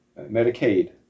Medicaid